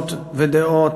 ואמונות ודעות,